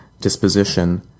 disposition